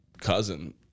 cousin